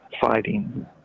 fighting